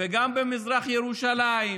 וגם במזרח ירושלים,